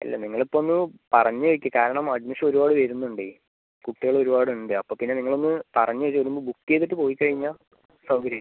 അല്ല നിങ്ങൾ ഇപ്പോൾ ഒന്ന് പറഞ്ഞ് വെക്ക് കാരണം അഡ്മിഷൻ ഒരുപാട് വരുന്നുണ്ടേ കുട്ടികൾ ഒരുപാട് ഉണ്ട് അപ്പോൾ പിന്നെ നിങ്ങൾ ഒന്ന് പറഞ്ഞ് ചെല്ലുമ്പോൾ ബുക്ക് ചെയ്തിട്ട് പോയി കഴിഞ്ഞാൽ സൗകര്യം ആയി